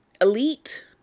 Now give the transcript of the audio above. elite